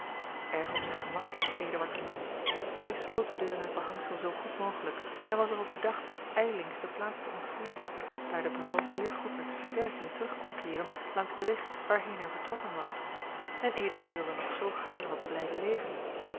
op zijn gemak was eduard niet hij sloot de deur in het behangsel zoo goed mogelijk en was er op bedacht ijllings de plaats te ontvlieden daar de beval zeer goed met versterking terug kon keeren langs den weg waarheen hij vertrokken was en eduard wilde nog zoo gaarne wat blijven leven